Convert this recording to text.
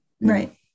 Right